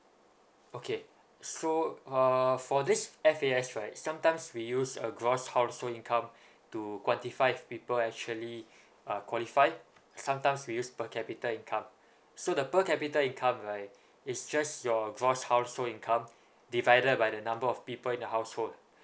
okay so uh for this F_A_S right sometimes we use a gross household income to quantify if people actually uh qualified sometimes we use per capita income so the per capita income right it's just your gross household income divided by the number of people in the household